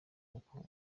kuko